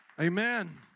Amen